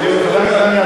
אדוני השר לביטחון פנים.